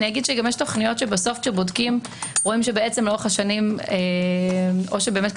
ויש גם תכניות שבסוף כשבודקים רואים שלאורך השנים או שכספים